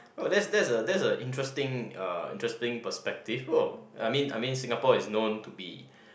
oh that's that's a that's a interesting uh interesting perspective oh I mean I mean Singapore is known to be